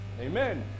Amen